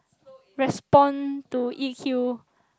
respond to E_Q